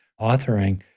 authoring